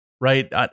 right